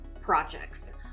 projects